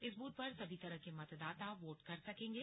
इस ब्रथ पर सभी तरह के मतदाता वोट कर सकेंगे